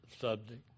subject